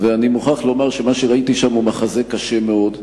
ואני מוכרח לומר שמה ראיתי שם הוא מחזה קשה מאוד.